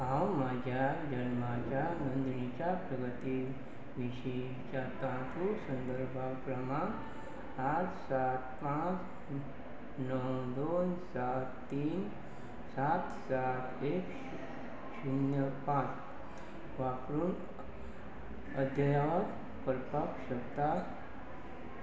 हांव म्हज्या जल्माच्या नोंदणीच्या प्रगती विशींच तांतू संदर्भ क्रमांक आठ सात पांच णव दोन सात तीन सात सात एक शुन्य पांच वापरून अधयात करपाक शकता